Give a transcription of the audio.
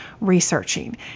researching